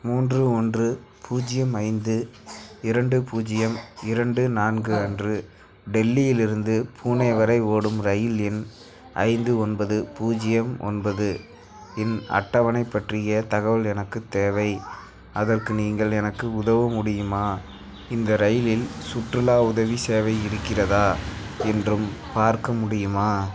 மூன்று ஒன்று பூஜ்ஜியம் ஐந்து இரண்டு பூஜ்ஜியம் இரண்டு நான்கு அன்று டெல்லியிலிருந்து புனே வரை ஓடும் ரயில் எண் ஐந்து ஒன்பது பூஜ்ஜியம் ஒன்பது இன் அட்டவணைப் பற்றியத் தகவல் எனக்குத் தேவை அதற்கு நீங்கள் எனக்கு உதவ முடியுமா இந்த ரயிலில் சுற்றுலா உதவி சேவை இருக்கிறதா என்றும் பார்க்க முடியுமா